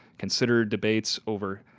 consider debates over,